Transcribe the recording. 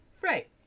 Right